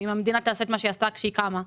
אם המדינה תעשה את מה שהיא עשתה שהיא קמה,